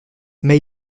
mais